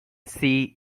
sea